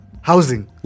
housing